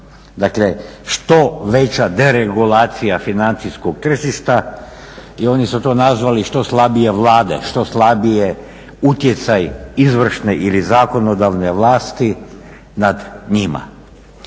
dakle što veća deregulacija financijskog tržišta i oni su to nazvali što slabije Vlade, što slabiji utjecaj izvršne ili zakonodavne vlasti nad njima.